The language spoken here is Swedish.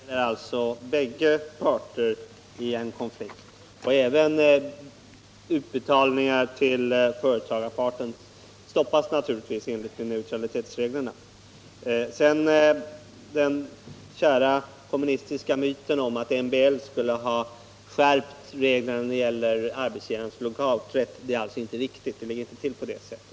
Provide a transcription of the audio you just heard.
Herr talman! Neutraliteten gäller alltså, herr Hallgren, bägge parter i en konflikt, och även utbetalningar till företagarparten stoppas naturligtvis enligt neutralitetsreglerna. Att MBL skulle ha skärpt reglerna när det gäller arbetsgivarnas lockouträtt är en kär kommunistisk myt. Det ligger ju inte till på det sättet.